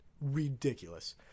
Ridiculous